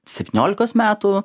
septyniolikos metų